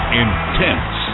intense